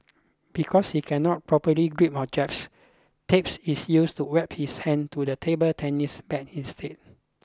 because he cannot properly grip objects tapes is used to wrap his hand to the table tennis bat instead